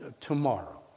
tomorrow